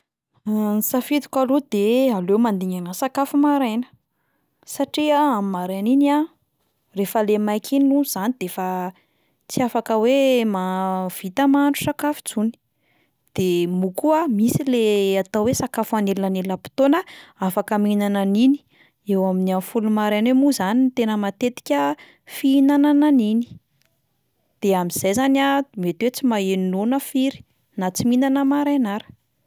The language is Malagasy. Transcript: Ny safidiko aloha de aleo mandingana sakafo maraina, satria amin'ny maraina iny a, rehefa le maika iny alohany zany de efa tsy afaka hoe mahavita mahandro sakafo intsony, de moa koa misy le atao hoe sakafo anelanelam-potoana, afaka mihinana an'iny, eo amin'ny am' folo maraina eo moa zany no tena matetika fihinanana an'iny, de amin'izay zany a mety hoe tsy maheno noana firy, na tsy mihinana maraina ary.